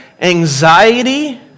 anxiety